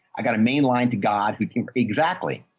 i got a main line to god who can. exactly.